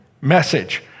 message